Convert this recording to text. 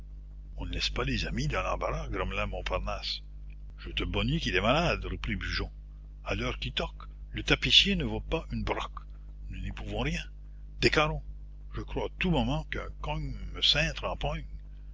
on ne laisse pas les amis dans l'embarras grommela montparnasse je te bonis qu'il est malade reprit brujon à l'heure qui toque le tapissier ne vaut pas une broque nous n'y pouvons rien décarrons je crois à tout moment qu'un